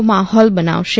માંહોલ બનાવશે